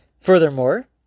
Furthermore